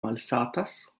malsatas